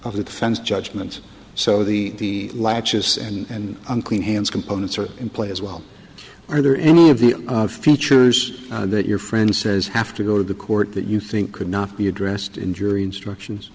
of the defense judgement so the latches and unclean hands components are in play as well are there any of the features that your friend says have to go to the court that you think could not be addressed in jury instructions